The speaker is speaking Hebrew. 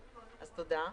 אז תודה.